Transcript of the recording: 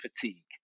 fatigue